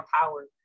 power